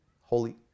Holy